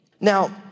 Now